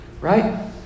Right